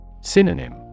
Synonym